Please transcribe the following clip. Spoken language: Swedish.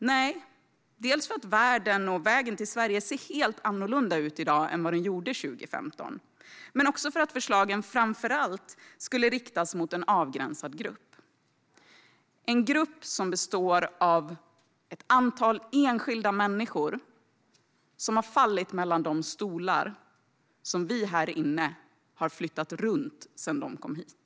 Nej - dels för att världen och vägen till Sverige ser helt annorlunda ut i dag än 2015, dels för att förslagen framför allt skulle riktas mot en avgränsad grupp, som består av ett antal enskilda människor som har fallit mellan de stolar som vi här inne har flyttat runt sedan de kom hit.